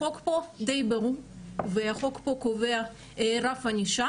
החוק פה די ברור והחוק פה קובע רף ענישה